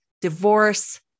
divorce